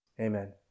Amen